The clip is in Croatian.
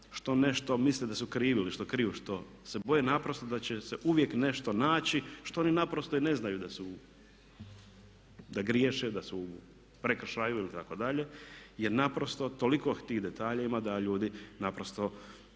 što nešto misle da su skrivili, boje se naprosto da će se uvijek nešto naći što oni naprosto i ne znaju da griješe, da su u prekršaju itd. jer naprosto toliko tih detalja ima da ljudi naprosto